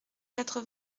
quatre